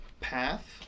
path